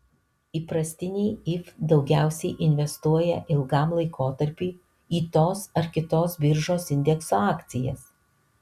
įprastiniai if daugiausiai investuoja ilgam laikotarpiui į tos ar kitos biržos indekso akcijas